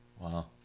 wow